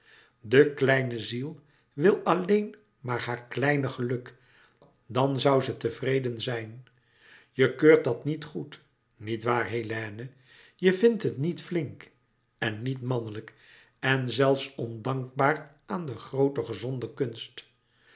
de kleine ziel wil alleen maar haar kleine geluk dan zoû ze tevreden zijn je keurt dat niet goed niet waar hélène je vindt het niet flink en niet mannelijk en zelfs ondankbaar aan de groote gezonde kunst